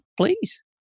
Please